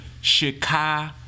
chicago